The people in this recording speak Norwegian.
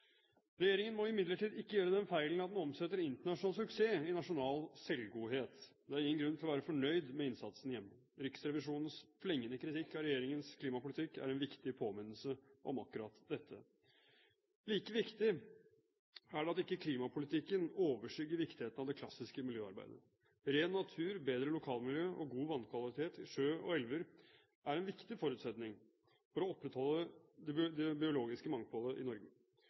Regjeringen må imidlertid ikke gjøre den feilen at den omsetter internasjonal suksess i nasjonal selvgodhet. Det er ingen grunn til å være fornøyd med innsatsen hjemme. Riksrevisjonens flengende kritikk av regjeringens klimapolitikk er en viktig påminnelse om akkurat dette. Like viktig er det at ikke klimapolitikken overskygger viktigheten av det klassiske miljøarbeidet. Ren natur, bedre lokalmiljø og god vannkvalitet i sjø og elver er en viktig forutsetning for å opprettholde det biologiske mangfoldet i Norge.